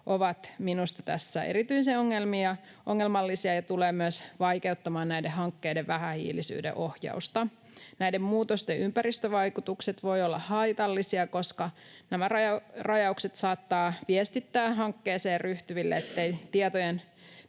ovat minusta tässä erityisen ongelmallisia ja tulevat myös vaikeuttamaan näiden hankkeiden vähähiilisyyden ohjausta. Näiden muutosten ympäristövaikutukset voivat olla haitallisia, koska nämä rajaukset saattavat viestittää hankkeeseen ryhtyville, ettei tiettyjen